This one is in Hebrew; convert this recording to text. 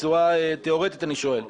תיאורטית אני שואל,